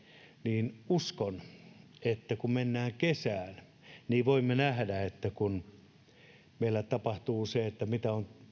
niin uskon että kun mennään kesään niin voimme nähdä kuinka meillä tapahtuu se mikä on